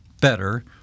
better